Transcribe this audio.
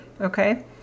okay